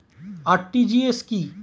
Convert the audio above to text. RTGS কি?